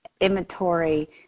inventory